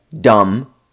Dumb